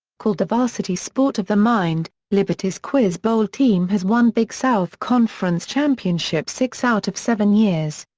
called the varsity sport of the mind, liberty's quiz bowl team has won big south conference championship six out of seven years.